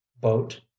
Boat